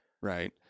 Right